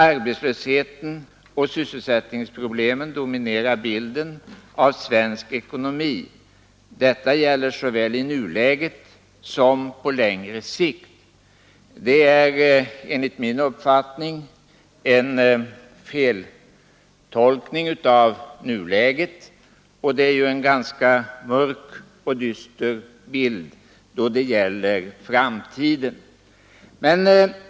Arbetslösheten och syss sättningsproblemen dominerar bilden av svensk ekonomi Detta gäller såväl i nuläget som på längre sikt.” Detta är enligt min uppfattning en feltolkning av nuläget, och det är ju också en ganska mörk och dyster bild av framtiden.